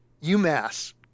UMass